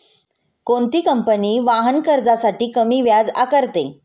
कोणती कंपनी वाहन कर्जासाठी कमी व्याज आकारते?